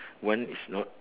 one is not